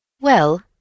Well